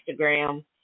Instagram